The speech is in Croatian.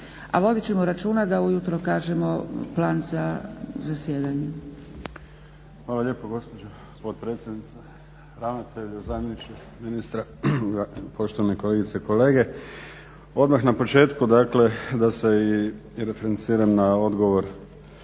A vodit ćemo računa da ujutro kažemo plan zasjedanja. **Popijač, Đuro (HDZ)** Hvala lijepo gospođo potpredsjednice, ravnatelju, zamjeniče ministra, poštovane kolegice i kolege. Odmah na početku dakle da se i referenciram na odgovor